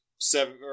seven